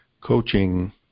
coaching